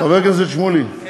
חבר הכנסת שמולי, כן.